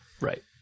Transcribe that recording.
Right